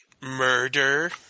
murder